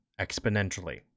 exponentially